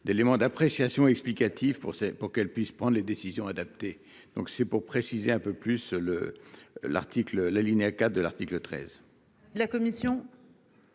d'éléments d'appréciation explicative pour c'est pour qu'elle puisse prendre les décisions adaptées. Donc c'est pour préciser un peu plus le l'article l'alinéa 4 de l'article 13. La commission.